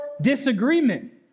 disagreement